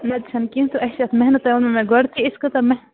نَتہٕ چھِنہٕ کیٚنٛہہ تہٕ اَسہِ چھِ اَتھ محنت تۄہہِ ووٚنوٕ مےٚ گۄڈٕ تہِ أسۍ کٲژاہ محنت